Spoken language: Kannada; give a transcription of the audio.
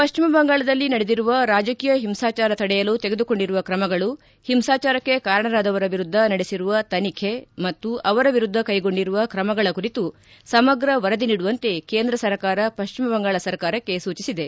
ಪಶ್ಚಿಮ ಬಂಗಾಳದಲ್ಲಿ ನಡೆದಿರುವ ರಾಜಕೀಯ ಹಿಂಸಾಚಾರ ತಡೆಯಲು ತೆಗೆದುಕೊಂಡಿರುವ ್ರಮಗಳು ಹಿಂಸಾಚಾರಕ್ಕೆ ಕಾರಣರಾದವರ ವಿರುದ್ಧ ನಡೆಸಿರುವ ತನಿಬೆ ಮತ್ತು ಅವರ ವಿರುದ್ಧ ಕೈಗೊಂಡಿರುವ ಕ್ರಮಗಳ ಕುರಿತು ಸಮಗ್ರ ವರದಿ ನೀಡುವಂತೆ ಕೇಂದ್ರ ಸರ್ಕಾರ ಪಶ್ಚಿಮ ಬಂಗಾಳ ಸರ್ಕಾರಕ್ಕೆ ಸೂಚಿಸಿದೆ